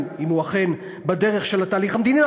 אם הוא אכן בדרך של התהליך המדיני?